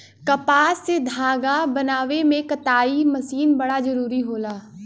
कपास से धागा बनावे में कताई मशीन बड़ा जरूरी होला